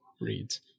reads